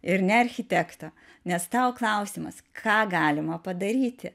ir ne architekto nes tau klausimas ką galima padaryti